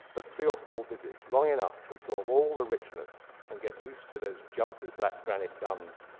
but three or four visits, long enough to absorb all the richness and get used to those jumpy black granite guns,